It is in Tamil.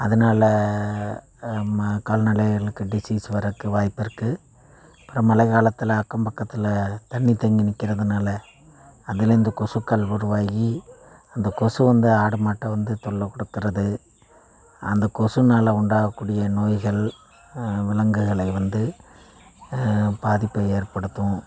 அதனால நம்ம கால்நடையளுக்கு டிசீஸ் வர்றக்கு வாய்ப்பு இருக்குது அப்புறம் மழை காலத்தில் அக்கம் பக்கத்தில் தண்ணி தேங்கி நிற்கறதுனால அதுலருந்து கொசுக்கள் உருவாகி அந்தக் கொசு வந்து ஆடு மாட்டை வந்து தொல்லை கொடுக்கறது அந்த கொசுனால் உண்டாகக்கூடிய நோய்கள் விலங்குகளை வந்து பாதிப்பை ஏற்படுத்தும்